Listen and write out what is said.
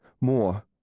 more